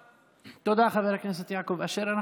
תודה, חבר הכנסת יעקב אשר.